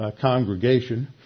congregation